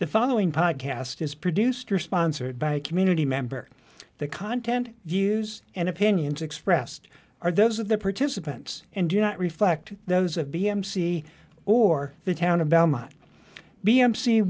the following podcast is produced or sponsored by a community member the content views and opinions expressed are those of the participants and do not reflect those of b mc or the town of belmont b m c